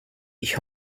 ich